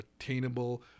attainable